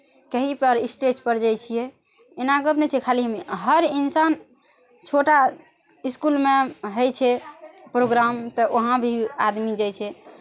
कही पर स्टेज पर जाइ छियै एना गप नहि छै खाली हर इन्सान छोटा इसकुलमे होइ छै प्रोग्राम तऽ ओतय भी आदमी जाइ छै